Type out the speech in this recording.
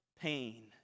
pain